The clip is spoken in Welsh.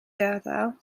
gadael